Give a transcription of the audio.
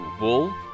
Wool